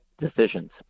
decisions